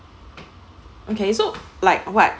okay so like what